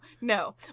no